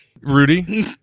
Rudy